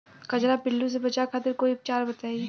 कजरा पिल्लू से बचाव खातिर कोई उपचार बताई?